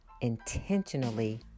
intentionally